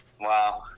wow